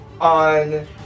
on